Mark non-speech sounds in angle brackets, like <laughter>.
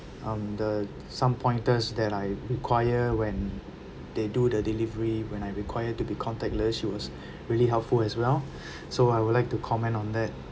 um the some pointers that I require when they do the delivery when I require to be contactless she was <breath> really helpful as well <breath> so I will like to comment on that